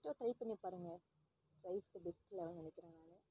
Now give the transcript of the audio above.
first ஒரு try பண்ணி பாருங்க ட்ரை இஸ் த பெஸ்ட்டு லெவல்ன்னு நினக்கிறன் நானும்